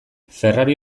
ferrari